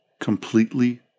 completely